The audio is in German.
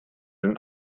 den